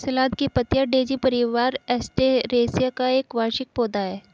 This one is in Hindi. सलाद की पत्तियाँ डेज़ी परिवार, एस्टेरेसिया का एक वार्षिक पौधा है